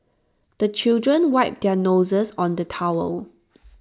the children wipe their noses on the towel